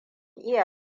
iya